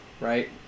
right